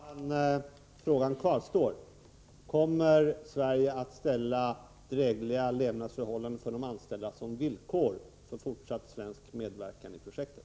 Fru talman! Frågan kvarstår: Kommer Sverige att ställa drägliga levnadsförhållanden för de anställda som villkor för fortsatt svensk medverkan i projektet?